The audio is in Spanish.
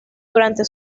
durante